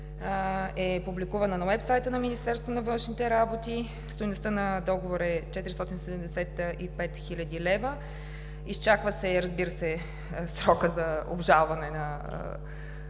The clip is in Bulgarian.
е публикувана на уебсайта на Министерството на външните работи. Стойността на договора е 475 хил. лв. Изчаква се и, разбира се, срокът за обжалване на